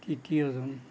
তৃতীয়জন